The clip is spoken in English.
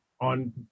on